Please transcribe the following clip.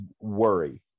worry